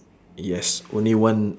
yes only one